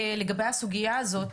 לגבי הסוגייה הזאת,